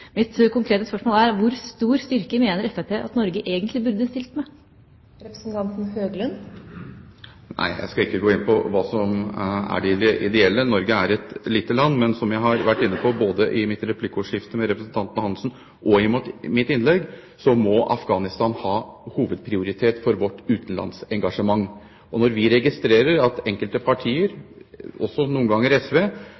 Mitt konkrete spørsmål er: Hvor stor styrke mener Fremskrittspartiet at Norge egentlig burde stilt med? Jeg skal ikke gå inn på hva som er det ideelle – Norge er et lite land. Men som jeg har vært inne på både i replikkordskiftet med representanten Hansen og i mitt innlegg, må Afghanistan ha hovedprioritet for vårt utenlandsengasjement. Når vi registrerer at enkelte partier,